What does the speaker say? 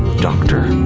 doctor,